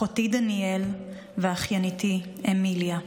אחותי דניאל ואחייניתי אמיליה.